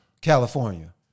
California